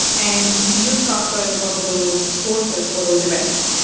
and you use kafka as one of those sources for those events.